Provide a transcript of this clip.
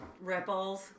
Ripples